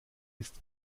ist